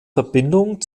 verbindung